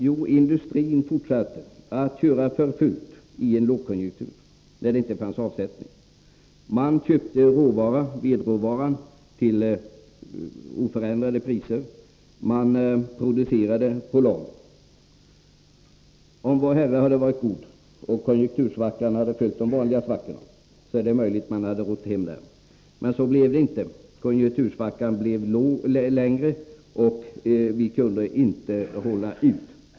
Jo, industrin fortsatte att köra för fullt i en lågkonjunktur, när det inte fanns avsättning för produkterna. Man köpte vedråvaran till oförändrade priser, och man producerade på lager. Om vår Herre hade varit god och konjunktursvängningarna hade följt det vanliga mönstret, är det möjligt att man hade rott det hela i land. Men så blev det inte. Konjunktursvackan varade längre än normalt, och vi kunde inte hålla ut.